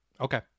Okay